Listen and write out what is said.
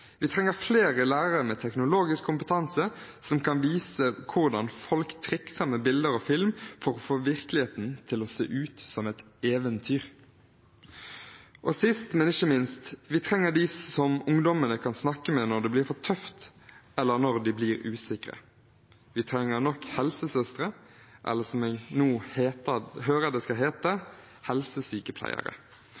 Vi trenger flere lærere med teknologisk kompetanse som kan vise hvordan folk trikser med bilder og film for å få virkeligheten til å se ut som et eventyr. Sist, men ikke minst: Vi trenger dem som ungdommene kan snakke med når det blir for tøft, eller når de blir usikre. Vi trenger nok helsesøstre, eller som vi nå hører det skal hete: